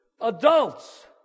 adults